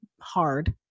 hard